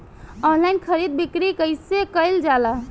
Online खरीद बिक्री कइसे कइल जाला?